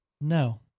no